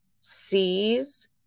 sees